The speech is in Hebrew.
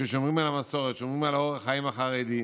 ששומרים על המסורת, שומרים על אורח החיים החרדי.